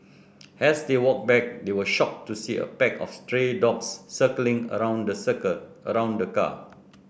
as they walked back they were shocked to see a pack of stray dogs circling around the circle around the car